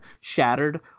shattered